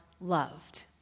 loved